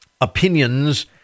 opinions